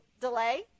delay